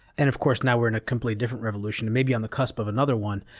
and, of course, now we're in a completely different revolution, and may be on the cusp of another one.